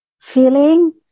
feeling